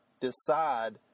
decide